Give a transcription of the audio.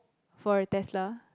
for a Tesla